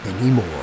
anymore